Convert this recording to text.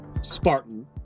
Spartan